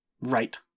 right